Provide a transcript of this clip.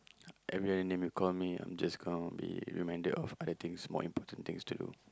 everyone then will call me I'm just gonna be reminded of other things more important things to do